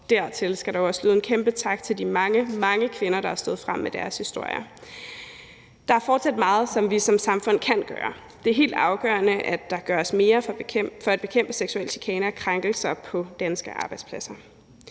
dertil skal der også lyde en kæmpe tak til de mange, mange kvinder, der er stået frem med deres historier. Der er fortsat meget, som vi som samfund kan gøre. Det er helt afgørende, at der gøres mere for at bekæmpe seksuel chikane og krænkelser på danske arbejdspladser.